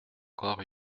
encore